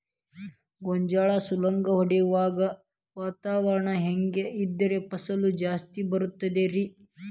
ಗೋಂಜಾಳ ಸುಲಂಗಿ ಹೊಡೆಯುವಾಗ ವಾತಾವರಣ ಹೆಂಗ್ ಇದ್ದರ ಫಸಲು ಜಾಸ್ತಿ ಬರತದ ರಿ?